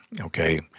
okay